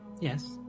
Yes